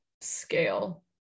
scale